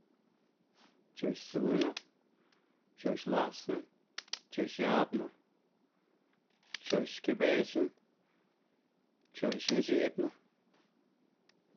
Pcho'xzuna, pcho'xlasna, pcho'xabna, pcho'x- xkebexna, pcho'xnxi'dna.